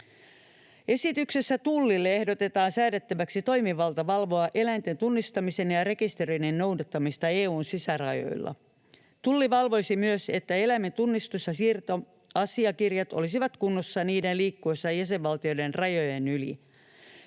Esityksessä Tullille ehdotetaan säädettäväksi toimivalta valvoa eläinten tunnistamisen ja rekisteröinnin noudattamista EU:n sisärajoilla. Tulli valvoisi myös, että eläinten tunnistus‑ ja siirtoasiakirjat olisivat kunnossa niiden liikkuessa jäsenvaltioiden rajojen yli.